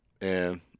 And-